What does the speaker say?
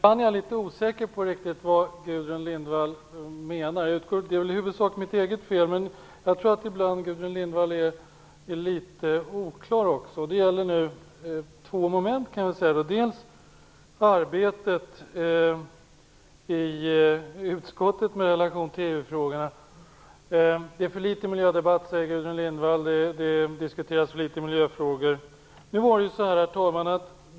Herr talman! Ibland är jag litet osäker på vad Gudrun Lindvall menar. Det är väl huvudsakligen mitt eget fel, men jag tror att Gudrun Lindvall ibland också är litet oklar. Det gäller nu två moment. Det gäller arbetet i utskottet med relation till EU frågorna. Gudrun Lindvall säger att det är för litet miljödebatt. Det diskuteras för litet miljöfrågor. Herr talman!